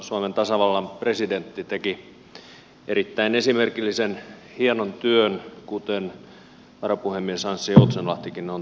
suomen tasavallan presidentti teki erittäin esimerkillisen hienon työn kuten varapuhemies anssi joutsenlahtikin on tehnyt